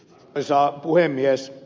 arvoisa puhemies